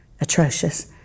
atrocious